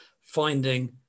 finding